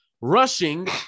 Rushing